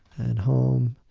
and home.